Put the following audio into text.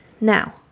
now